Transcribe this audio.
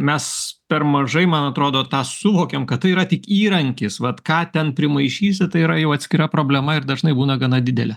mes per mažai man atrodo tą suvokiam kad tai yra tik įrankis vat ką ten primaišysi tai yra jau atskira problema ir dažnai būna gana didelė